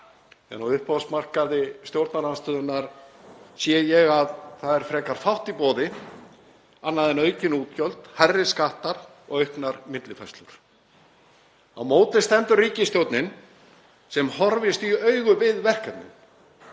veg. En á uppboðsmarkaði stjórnarandstöðunnar sé ég að það er frekar fátt í boði annað en aukin útgjöld, hærri skattar og auknar millifærslur. Á móti stendur ríkisstjórnin sem horfist í augu við verkefnin